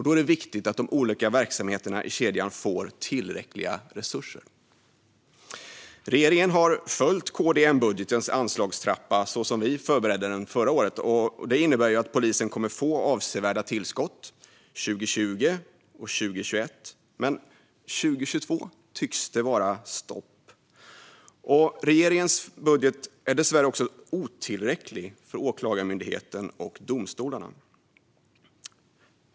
Då är det viktigt att de olika verksamheterna i kedjan får tillräckliga resurser. Regeringen har följt KD-M-budgetens anslagstrappa så som vi förberedde den förra året. Det innebär att polisen kommer få avsevärda tillskott 2020 och 2021. Men 2022 tycks det vara stopp. Regeringens budget är dessvärre otillräcklig för Åklagarmyndigheten och domstolarna.